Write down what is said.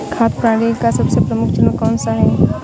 खाद्य प्रणाली का सबसे प्रमुख चरण कौन सा है?